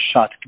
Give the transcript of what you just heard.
shot